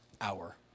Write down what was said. hour